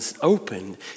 opened